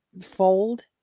Fold